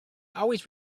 always